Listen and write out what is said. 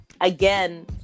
again